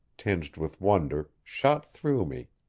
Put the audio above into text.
tinged with wonder, shot through me.